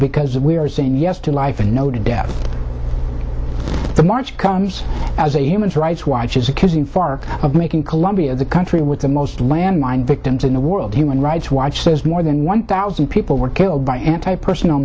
because we are saying yes to life and no death the march comes as a human rights watch is accusing far of making colombia the country with the most landmine victims in the world human rights watch says more than one thousand people were killed by anti personnel